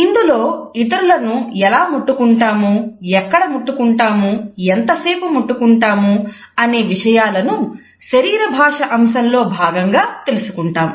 ఇందులో ఇతరులను ఎలా ముట్టుకుంటాము ఎక్కడ ముట్టుకుంటాము ఎంతసేపు ముట్టుకుంటాము అనే విషయాలను శరీర భాష అంశంలో భాగంగా తెలుసుకుంటాం